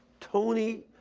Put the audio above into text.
tony,